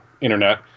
internet